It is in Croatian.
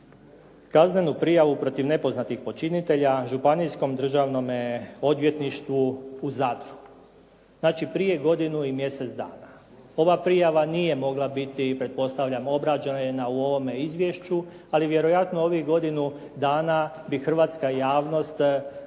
kaznenu prijavu protiv nepoznatih počinitelja županijskome državnom odvjetništvu u Zadru, znači prije godinu i mjesec dana. Ova prijava nije mogla biti, pretpostavljam obrađena u ovome izvješću, ali vjerojatno ovih godinu dana bi hrvatska javnost mogla